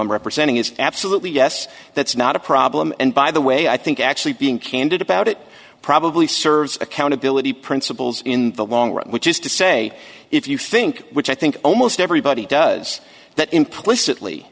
i'm representing is absolutely yes that's not a problem and by the way i think actually being candid about it probably serves accountability principles in the long run which is to say if you think which i think almost everybody does that implicitly